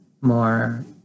more